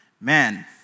man